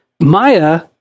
Maya